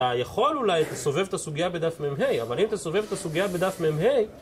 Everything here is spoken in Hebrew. יכול אולי לסובב את הסוגיה בדף מ"ה, אבל אם תסובב את הסוגיה בדף ממ"ה